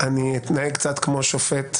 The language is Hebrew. אני אתנהג קצת כמו שופט,